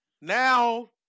Now